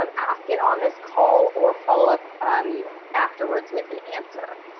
um ask it on this call, or follow up afterwards with an answer.